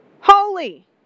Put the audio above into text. Holy